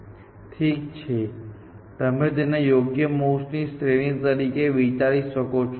ઠીક છે તમે તેને યોગ્ય મૂવ્સ ની શ્રેણી તરીકે વિચારી શકો છો